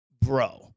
bro